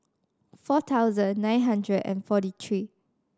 four thousand nine hundred and forty three